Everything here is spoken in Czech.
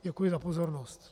Děkuji za pozornost.